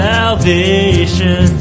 Salvation